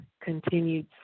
continued